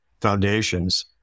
foundations